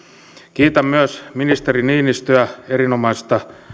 kiitän myös ministeri niinistöä erinomaisesta